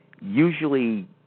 Usually